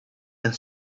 and